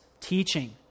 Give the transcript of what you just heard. teaching